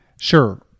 Sure